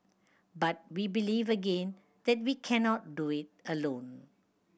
but we believe again that we cannot do it alone